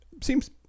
seems